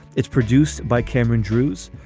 it's produced by cameron drewes.